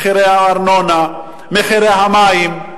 הארנונה, המים,